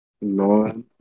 No